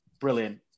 brilliant